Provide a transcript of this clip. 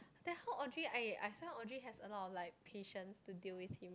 then how Audrey I I swear Audrey has a lot of like patience to deal with him